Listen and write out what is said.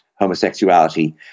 homosexuality